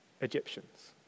Egyptians